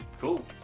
cool